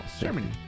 Germany